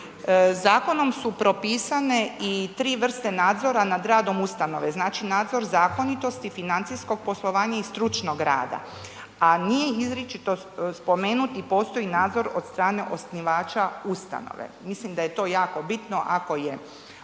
Zakonom su propisane i tri vrste nadzora nad radom ustanove. Znači nadzor zakonitosti, financijskog poslovanja i stručnog rada a nije izričito spomenutim, postoji nadzor od strane osnivača ustanove. Mislim da je to jako bitno ako je osnivač